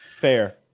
Fair